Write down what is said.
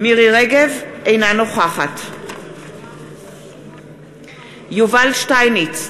אינה נוכחת יובל שטייניץ,